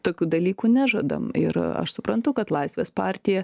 tokių dalykų nežadam ir aš suprantu kad laisvės partija